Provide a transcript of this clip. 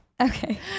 okay